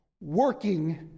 Working